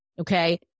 Okay